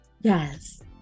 yes